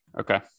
Okay